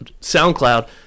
SoundCloud